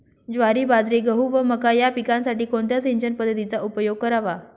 ज्वारी, बाजरी, गहू व मका या पिकांसाठी कोणत्या सिंचन पद्धतीचा उपयोग करावा?